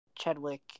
Chedwick